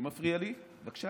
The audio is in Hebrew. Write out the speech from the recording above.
זה מפריע לי, בבקשה